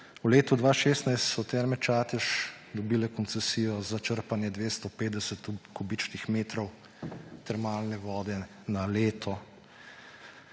V letu 2016 so Terme Čatež dobile koncesijo za črpanje 250 tisoč kubičnih metrov termalne vode na leto.